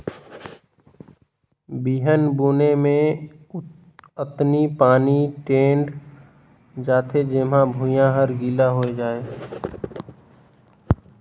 बिहन बुने मे अतनी पानी टेंड़ थें जेम्हा भुइयां हर गिला होए जाये